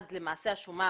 אז למעשה השומה